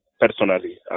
personally